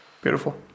Beautiful